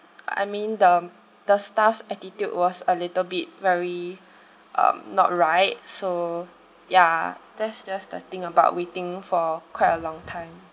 I mean the the staff's attitude was a little bit very um not right so ya that's just the thing about waiting for quite a long time